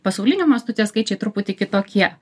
pasauliniu mastu tie skaičiai truputį kitokie